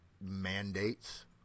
mandates